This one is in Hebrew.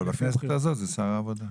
אבל בכנסת הזאת זה שר העבודה.